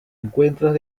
encuentros